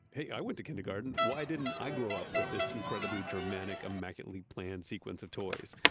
hey, i went to kindergarten. why didn't i grow up with this incredibly dramatic immaculately planned sequence of toys?